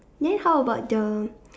then how about the